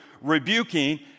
Rebuking